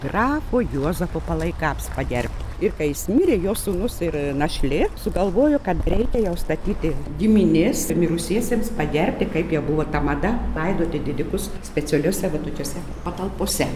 grafo juozapo palaikams pagerbt ir kai jis mirė jo sūnus ir našlė sugalvojo kad reikia jau statyti giminės mirusiesiems pagerbti kaip jie buvo ta mada laidoti didikus specialiose va tokiose patalpose